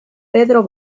pedro